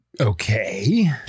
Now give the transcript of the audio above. okay